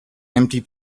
empty